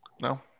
No